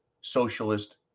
socialist